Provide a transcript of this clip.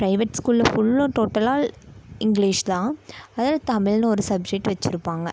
private school ஃபுல்லாக டோட்டலாக English தான் ஆனாலும் தமிழ்னு ஒரு சப்ஜெக்ட் வச்சுருப்பாங்க